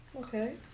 Okay